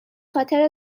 خاطر